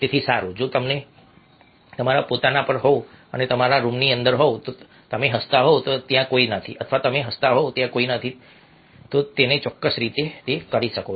તેથી સારું જો તમે તમારા પોતાના પર હોવ તમે તમારા રૂમની અંદર હતા તમે હસતા હોવ ત્યાં કોઈ નથી અથવા તમે હસતા હોવ ત્યાં કોઈ નથી તમે તેને ચોક્કસ રીતે કરો છો